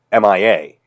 MIA